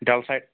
ڈَل سَے